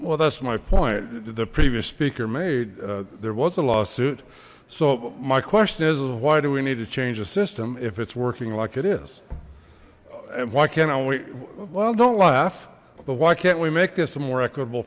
well that's my point the previous speaker made there was a lawsuit so my question is why do we need to change a system if it's working like it is and why can't i wait well don't laugh but why can't we make this a more equitable